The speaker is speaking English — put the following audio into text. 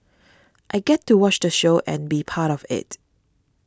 I get to watch the show and be part of it